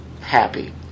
happy